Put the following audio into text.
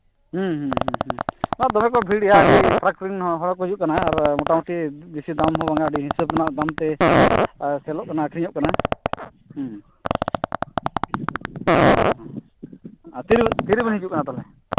ᱦᱩᱸ ᱦᱩᱸ ᱦᱩᱸ ᱦᱩᱸ ᱦᱮᱸ ᱫᱚᱢᱮ ᱠᱚ ᱵᱷᱤᱲᱟ ᱟᱹᱰᱤ ᱯᱷᱟᱨᱟᱠ ᱨᱮᱱ ᱦᱚᱲ ᱠᱚ ᱦᱤᱡᱩᱜ ᱠᱟᱱᱟ ᱟᱨᱚ ᱢᱚᱴᱟᱢᱩᱴᱤ ᱵᱤᱥᱤ ᱫᱟᱢ ᱦᱚᱸ ᱵᱟᱝᱟ ᱟᱹᱰᱤ ᱦᱤᱥᱟᱹᱵᱽ ᱨᱮᱱᱟᱜ ᱫᱟᱢ ᱛᱮ ᱥᱮᱞᱳᱜ ᱠᱟᱱᱟ ᱟᱹᱠᱷᱨᱤᱧᱚᱜ ᱠᱟᱱᱟ ᱦᱚᱸ ᱦᱚᱸ ᱟᱨ ᱛᱤ ᱨᱮᱵᱤᱱ ᱛᱤ ᱨᱮᱵᱤᱱ ᱦᱤᱡᱩᱜ ᱠᱟᱱᱟ ᱛᱚᱵᱮ